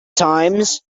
times